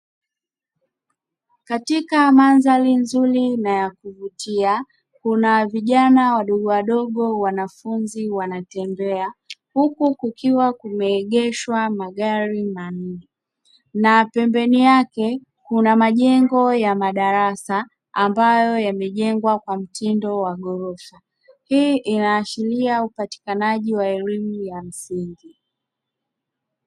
Katika mandhari nzuri na ya kuvutia, kuna vijana wadogowadogo wanafunzi wanatembea huku kukiwa kumeegeshwa magari manne na pembeni yake kuna majengo ya madarasa ambayo yamejengwa kwa mtindo wa ghorofa. Hii inaashiria upatikanaji wa elimu ya msingi.